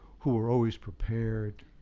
who were always prepared.